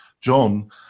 John